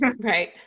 Right